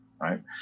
right